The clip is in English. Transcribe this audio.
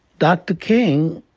dr. king,